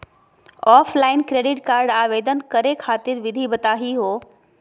Offline credit card आवेदन करे खातिर विधि बताही हो?